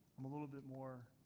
i'm a little bit more.